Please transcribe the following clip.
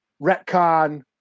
retcon